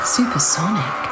Supersonic